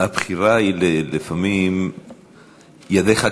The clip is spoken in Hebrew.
לפעמים ידיך כבולות,